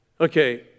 okay